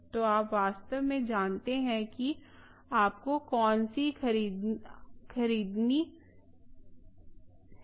तो आप वास्तव में जानते हैं कि आप कौन सी खरीदना चाह रहे हैं